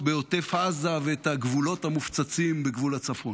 בעוטף עזה ואת הגבולות המופצצים בגבול הצפון.